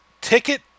ticket